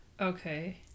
Okay